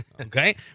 Okay